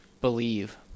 believe